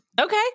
Okay